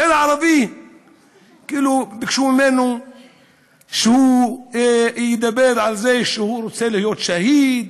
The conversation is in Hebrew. הצעיר הערבי ביקשו ממנו שהוא ידבר על זה שהוא רוצה להיות שהיד,